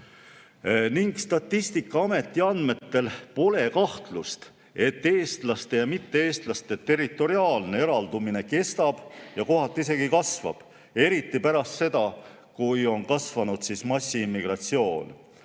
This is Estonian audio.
Statistikaameti andmetel pole kahtlust, et eestlaste ja mitte-eestlaste territoriaalne eraldumine kestab ja kohati isegi kasvab, eriti pärast seda, kui on kasvanud massiimmigratsioon.